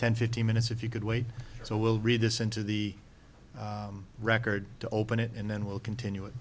ten fifteen minutes if you could wait so we'll read this into the record to open it and then we'll continue it